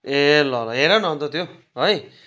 ए ल ल हेर न अन्त त्यो है